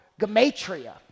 gematria